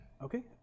Okay